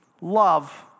love